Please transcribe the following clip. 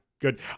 Good